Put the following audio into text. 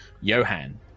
Johan